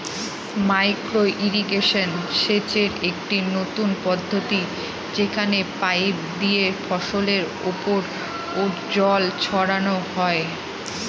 micro irrigation সেচের একটি নতুন পদ্ধতি যেখানে পাইপ দিয়ে ফসলের ওপর জল ছড়ানো হয়